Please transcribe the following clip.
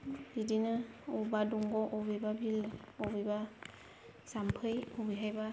बिदिनो बबेबा दंग' बबेबा बिलो बबेबा जाम्फै बबेहायबा